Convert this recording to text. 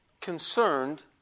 concerned